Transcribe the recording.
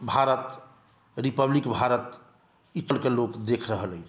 Bharat Republic Bharat एतऽ के लोक देख रहल अछि